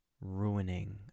ruining